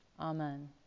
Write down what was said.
Amen